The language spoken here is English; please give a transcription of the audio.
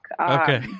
Okay